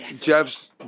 Jeff's